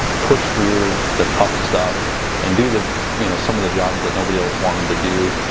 push through the tough stuff and do the you know some of the jobs that nobody else wanted to do